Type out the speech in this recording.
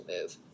move